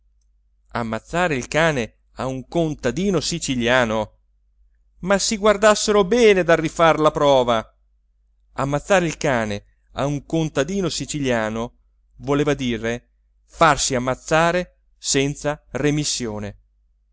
ammazzare il cane a un contadino siciliano ma si guardassero bene dal rifar la prova ammazzare il cane a un contadino siciliano voleva dire farsi ammazzare senza remissione